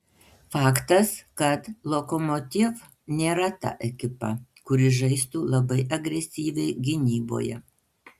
faktas kad lokomotiv nėra ta ekipa kuri žaistų labai agresyviai gynyboje